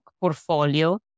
portfolio